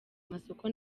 amasoko